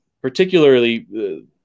particularly